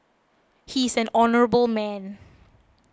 he is an honourable man